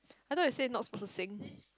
I thought he say not suppose to sing